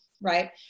right